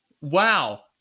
Wow